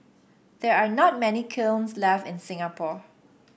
there are not many kilns left in Singapore